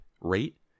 rate